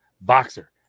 Boxer